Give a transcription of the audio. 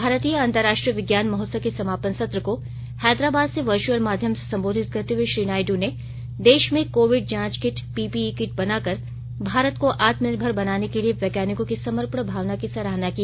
भारतीय अंतर्राष्ट्रीय विज्ञान महोत्सव के समापन सत्र को हैदराबाद से वर्चुअल माध्यम से संबोधित करते हुए श्री नायडू ने देश में कोविड जांच किट पीपीई किट बनाकर भारत को आत्मनिर्भर बनाने के लिए वैज्ञानिकों की समर्पण भावना की सराहना की